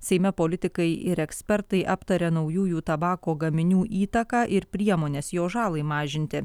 seime politikai ir ekspertai aptaria naujųjų tabako gaminių įtaką ir priemones jo žalai mažinti